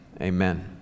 Amen